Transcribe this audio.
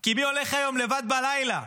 כי מי הולך היום לבד בלילה?